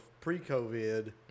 pre-COVID